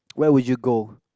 where would you go